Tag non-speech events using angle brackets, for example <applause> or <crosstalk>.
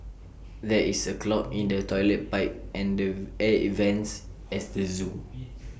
there is A clog in the Toilet Pipe and the air events as the Zoo <noise>